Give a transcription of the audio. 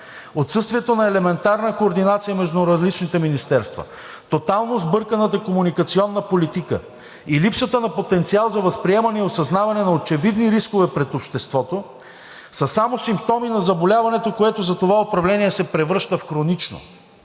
Отсъствието на елементарна координация между различните министерства, тотално сбърканата комуникационна политика и липсата на потенциал за възприемане и осъзнаване на очевидни рискове пред обществото са само симптоми на заболяването, което за това управление се превръща в хронично,